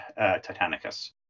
Titanicus